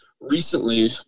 Recently